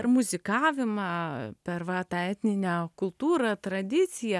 per muzikavimą per va tą etninę kultūrą tradiciją